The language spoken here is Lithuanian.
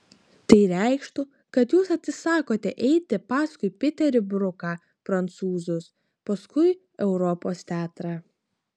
tai reikštų kad jūs atsisakote eiti paskui piterį bruką prancūzus paskui europos teatrą